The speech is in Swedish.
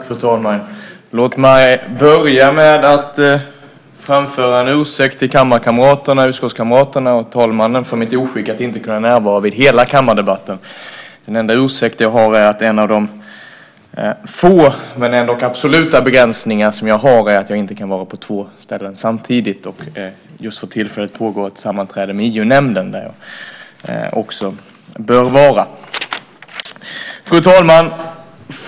Fru talman! Låt mig börja med att framföra en ursäkt till kammarkamraterna, utskottskamraterna och talmannen för mitt oskick att inte närvara vid hela kammardebatten. Den enda ursäkt jag har är att en av de få men absoluta begränsningar jag har är att jag inte kan vara på två ställen samtidigt. För tillfället pågår ett sammanträde med EU-nämnden där jag också bör närvara. Fru talman!